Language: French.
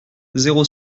zéro